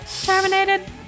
Terminated